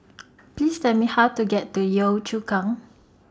Please Tell Me How to get to Yio Chu Kang